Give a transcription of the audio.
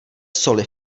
soli